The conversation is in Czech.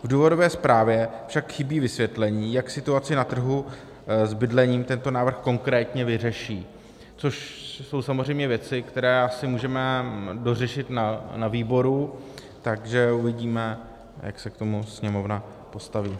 V důvodové zprávě však chybí vysvětlení, jak situaci na trhu s bydlením tento návrh konkrétně vyřeší, což jsou samozřejmě věci, které asi můžeme dořešit na výboru, takže uvidíme, jak se k tomu Sněmovna postaví.